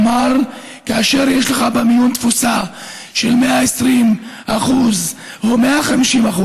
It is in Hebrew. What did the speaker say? אמר שכאשר יש לך במיון תפוסה של 120% או 150%,